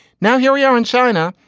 now, here we are in china.